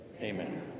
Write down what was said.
Amen